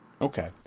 Okay